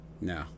No